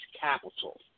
capital